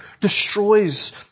destroys